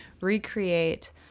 recreate